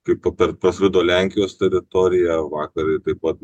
kaip po per parskrido lenkijos teritoriją vakar ir taip pat